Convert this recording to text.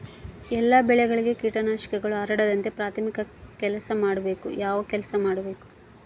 ಎಲ್ಲ ಬೆಳೆಗಳಿಗೆ ಕೇಟನಾಶಕಗಳು ಹರಡದಂತೆ ಪ್ರಾಥಮಿಕ ಯಾವ ಕೆಲಸ ಮಾಡಬೇಕು?